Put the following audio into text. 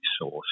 source